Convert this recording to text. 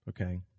Okay